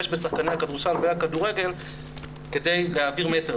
בשחקני הכדורסל והכדורגל כדי להעביר מסר.